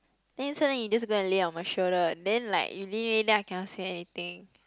then suddenly you just go and lay on my shoulder then like you lean already then I cannot say anything